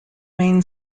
main